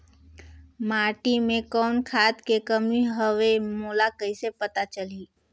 माटी मे कौन खाद के कमी हवे मोला कइसे पता चलही?